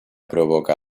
provoca